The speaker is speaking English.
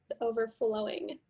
overflowing